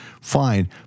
fine